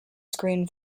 screen